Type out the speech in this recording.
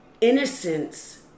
innocence